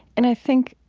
and i think,